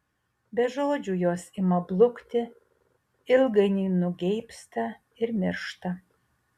be žodžių jos ima blukti ilgainiui nugeibsta ir miršta